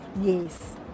yes